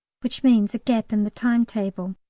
which means a gap in the timetable.